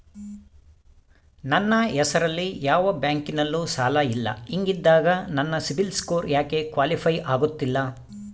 ನನ್ನ ಹೆಸರಲ್ಲಿ ಯಾವ ಬ್ಯಾಂಕಿನಲ್ಲೂ ಸಾಲ ಇಲ್ಲ ಹಿಂಗಿದ್ದಾಗ ನನ್ನ ಸಿಬಿಲ್ ಸ್ಕೋರ್ ಯಾಕೆ ಕ್ವಾಲಿಫೈ ಆಗುತ್ತಿಲ್ಲ?